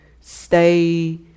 stay